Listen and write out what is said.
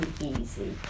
easy